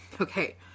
Okay